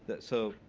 but so